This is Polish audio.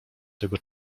tego